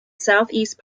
southeast